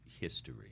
history